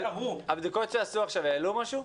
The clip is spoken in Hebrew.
הבדיקות שעשו עכשיו העלו משהו?